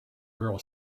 girl